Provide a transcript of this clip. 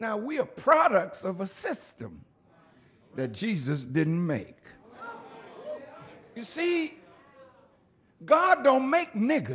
now we are products of a system that jesus didn't make you see god don't make ni